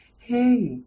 hey